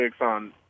on